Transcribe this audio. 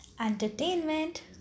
entertainment